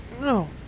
No